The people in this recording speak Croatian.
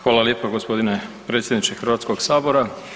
Hvala lijepa, g. predsjedniče Hrvatskog sabora.